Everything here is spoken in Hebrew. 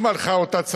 אם הלכה אותה צרה,